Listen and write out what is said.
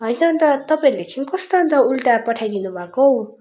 होइन अन्त तपाईँहरूले यो कस्तो उल्टा पठाइ दिनुभएको